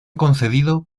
concedido